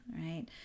right